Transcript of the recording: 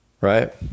Right